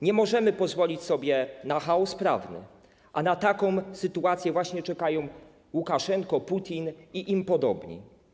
Nie możemy pozwolić sobie na chaos prawny, a na taką sytuację właśnie czekają Łukaszenka, Putin i im podobni.